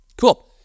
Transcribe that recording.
Cool